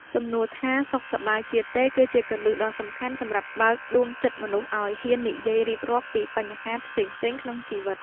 សំណួរថាសុខសប្បាយជាទេគឺជាគន្លឹះដ៏សំខាន់សម្រាប់បើកដួងចិត្តមនុស្សឱ្យហ៊ាននិយាយរៀបរាប់ពីបញ្ហាផ្សេងៗក្នុងជីវិត។